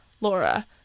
Laura